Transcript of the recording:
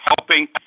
helping